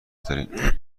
دارین